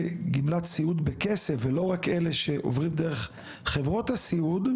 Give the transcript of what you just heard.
גמלת סיעוד בכסף ולא רק אלה שעוברים דרך חברות הסיעוד?